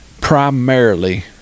primarily